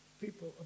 people